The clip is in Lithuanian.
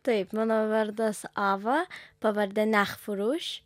taip mano vardas ava pavardė nechfuruš